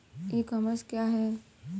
ई commerce क्या है?